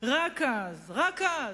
רק אז, רק אז,